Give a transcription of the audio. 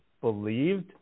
believed